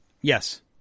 Yes